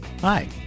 hi